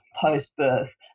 post-birth